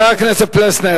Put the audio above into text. חבר הכנסת פלסנר.